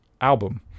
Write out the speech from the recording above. album